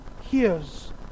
hears